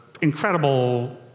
incredible